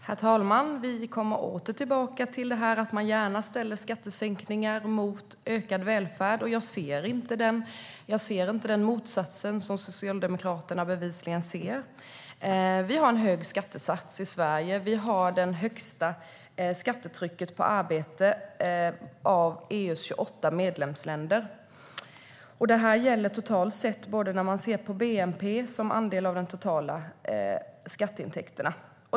Herr talman! Vi kommer åter tillbaka till att man gärna ställer skattesänkningar mot ökad välfärd. Jag ser inte den motsättning som Socialdemokraterna bevisligen ser. Vi har en hög skattesats i Sverige. Vi har det högsta skattetrycket på arbete av EU:s 28 medlemsländer. Det här gäller totalt sett när man ser till bnp som andel av de totala skatteintäkterna.